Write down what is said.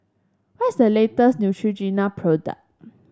what is the latest Neutrogena product